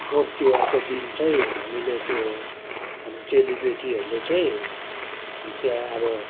गोरु तिहारको दिन चाहिँ हामीले त्यो हाम्रो चेलिबेटीहरूले चाहिँ त्यहाँ अब